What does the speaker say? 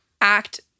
act